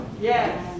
Yes